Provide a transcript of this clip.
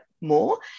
more